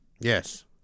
Yes